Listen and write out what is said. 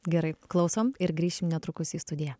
gerai klausom ir grįšim netrukus į studiją